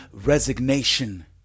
Resignation